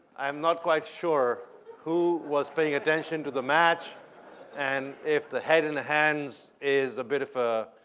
i'm not quite sure who was paying attention to the match and if the head in the hands is a bit of a